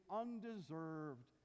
undeserved